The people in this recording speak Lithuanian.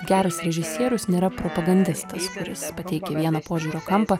geras režisierius nėra propagandistas kuris pateikia vieną požiūrio kampą